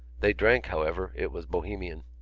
they drank, however it was bohemian.